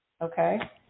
Okay